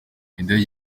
indege